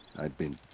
i'd been.